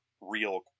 real